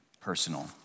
personal